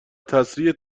تسریع